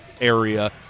area